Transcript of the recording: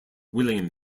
william